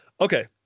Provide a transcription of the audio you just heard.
Okay